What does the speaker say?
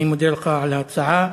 אני מודה לך על ההצעה.